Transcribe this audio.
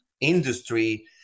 industry